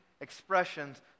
expressions